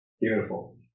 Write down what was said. Beautiful